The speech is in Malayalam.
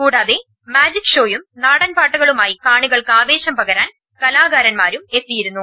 കൂടാതെ മാജിക് ഷോയും നാടൻ പാട്ടുകളുമായി കാണികൾക്ക് ആവേശം പകരാൻ കലാകാരൻമാരും എത്തിയിരുന്നു